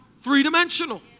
three-dimensional